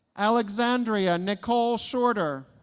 alexandria nicole shorter